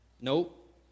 Nope